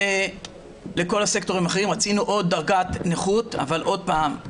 לכל הסקטורים רצינו עוד דרגת נכות אבל עוד פעם,